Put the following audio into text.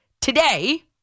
today